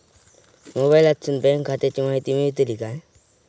मोबाईलातसून बँक खात्याची माहिती मेळतली काय?